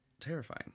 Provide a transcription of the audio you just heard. terrifying